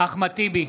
אחמד טיבי,